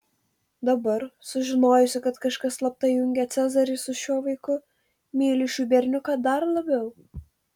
dabar sužinojusi kad kažkas slapta jungia cezarį su šiuo vaiku myliu šį berniuką dar labiau